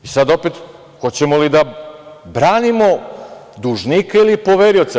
I sad opet, hoćemo li da branimo dužnika ili poverioca?